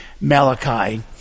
Malachi